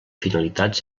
finalitats